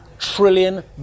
trillion